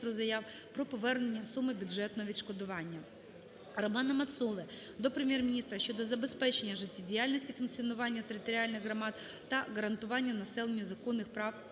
РоманаМацоли до Прем'єр-міністра щодо забезпечення життєдіяльності функціонування територіальних громад та гарантування населенню законних прав